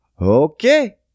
okay